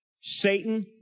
Satan